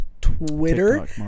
Twitter